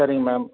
சரிங்க மேம்